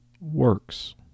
works